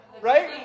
right